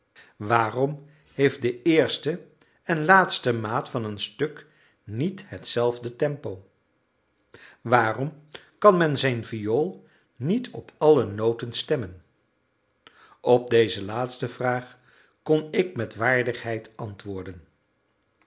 waarom heeft de eerste en laatste maat van een stuk niet hetzelfde tempo waarom kan men zijn viool niet op alle noten stemmen op deze laatste vraag kon ik met waardigheid antwoorden